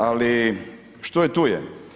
Ali što je tu je.